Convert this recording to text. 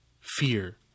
fear